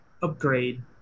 upgrade